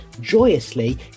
joyously